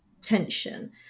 tension